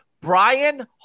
brian